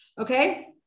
okay